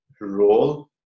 role